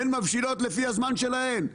הן מבשילות לפי הזמן שלהן,